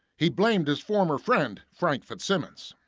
he blamed his former friend frank fritzsimmons.